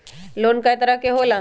Loan कय तरह के होला?